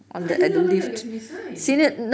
takde lah mana ada kat sini signs